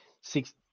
six